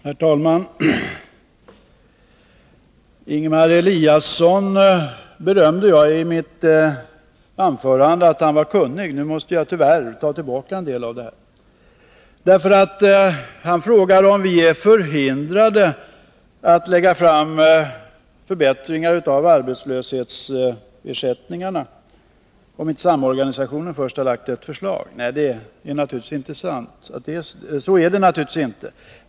Herr talman! Jag berömde Ingemar Eliasson i mitt förra anförande för att han var kunnig. Nu måste jag tyvärr ta tillbaka en del. Han frågade om vi är förhindrade att lägga fram förbättringar av arbetslöshetsersättningarna om inte samorganisationen först lagt fram ett förslag. Så är det naturligtvis inte.